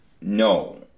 No